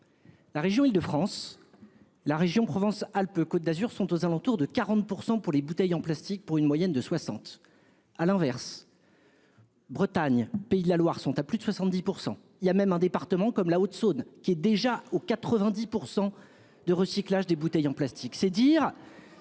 La région Île-de-France et la région Provence-Alpes-Côte d'Azur, par exemple, sont aux alentours de 40 % pour les bouteilles en plastique contre une moyenne de 60 %. À l'inverse, la Bretagne et les Pays de la Loire sont à plus de 70 %. Un département comme la Haute-Saône a même déjà atteint 90 % de recyclage des bouteilles en plastique. C'est dire